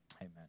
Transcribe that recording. amen